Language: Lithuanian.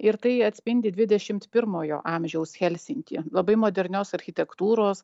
ir tai atspindi dvidešimt pirmojo amžiaus helsinkį labai modernios architektūros